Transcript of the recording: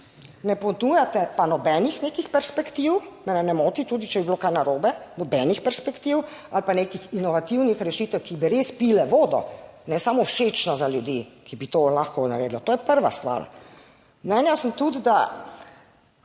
ne ponujate pa nobenih nekih perspektiv - mene ne moti, tudi če bi bilo kaj narobe, nobenih perspektiv ali pa nekih inovativnih rešitev, ki bi res pile vodo, ne samo všečno za ljudi, ki bi to lahko naredili, to je prva stvar. Mnenja sem tudi, da